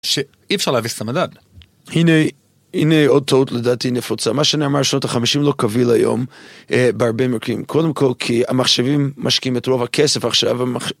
שאי אפשר להביס את המדד. הנה עוד טעות לדעתי נפוצה, מה שנאמר שנות החמישים לא קביל היום בהרבה מרכיבים, קודם כל כי המחשבים משקיעים את רוב הכסף עכשיו.